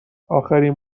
اخرین